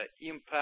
impact